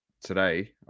today